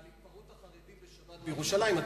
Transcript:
ועל התפרעות החרדים בשבת בירושלים אתה,